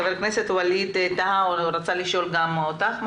ח"כ ווליד טאהא רוצה לשאול שאלה.